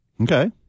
Okay